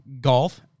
golf